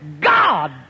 God